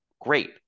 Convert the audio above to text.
great